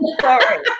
sorry